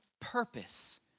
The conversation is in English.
purpose